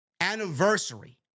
anniversary